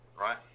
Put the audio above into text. right